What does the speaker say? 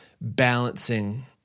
balancing